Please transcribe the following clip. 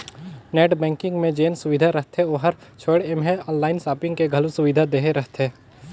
net banking मे जेन सुबिधा रहथे ओकर छोयड़ ऐम्हें आनलाइन सापिंग के घलो सुविधा देहे रहथें